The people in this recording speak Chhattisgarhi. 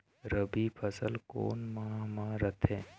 रबी फसल कोन माह म रथे?